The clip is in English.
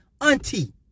auntie